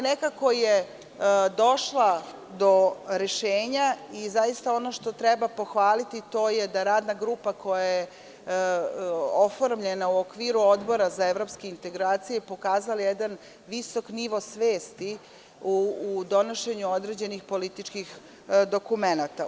Nekako je došla do rešenja i zaista ono što treba pohvaliti jeste da je radna grupa, koja je oformljena u okviru Odbora za evropske integracije, pokazala jedan visok nivo svesti u donošenju određenih političkih dokumenata.